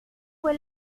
fue